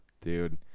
Dude